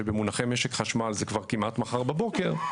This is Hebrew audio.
במונחי משק חשמל זה כבר כמעט מחר בבוקר,